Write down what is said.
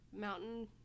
mountain